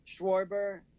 Schwarber